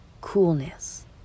coolness